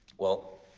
well,